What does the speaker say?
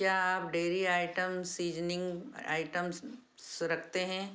क्या आप dairy item seasoning items स रखते हैं